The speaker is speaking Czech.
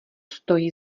stojí